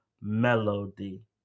melody